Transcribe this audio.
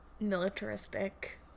militaristic